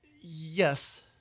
yes